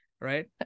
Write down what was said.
right